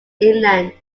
inland